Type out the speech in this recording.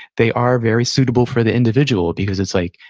they are very suitable for the individual, because it's like,